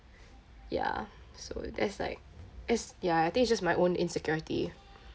ya so that's like it's ya I think it's just my own insecurity